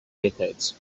decades